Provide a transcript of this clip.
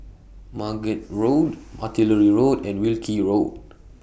Margate Road Artillery Road and Wilkie Road